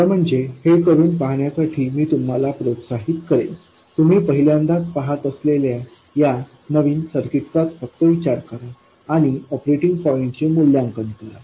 खर म्हणजे हे करून पहाण्यासाठी मी तुम्हाला प्रोत्साहित करेन तुम्ही पहिल्यांदाच पहात असलेल्या या नवीन सर्किटचाच फक्त विचार करा आणि ऑपरेटिंग पॉईंट चे मूल्यांकन करा